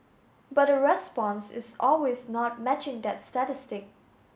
but the response is always not matching that statistic